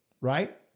right